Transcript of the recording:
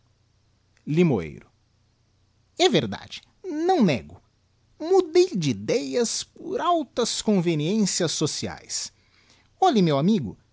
limoeiro e verdade não nego mudei de idéas por altas conveniências sociaes olhe meu amigo